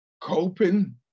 Coping